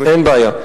אין בעיה.